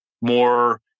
more